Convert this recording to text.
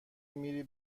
میری